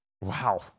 Wow